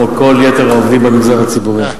כמו כל יתר העובדים במגזר הציבורי,